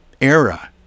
era